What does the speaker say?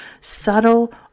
subtle